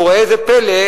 וראה זה פלא,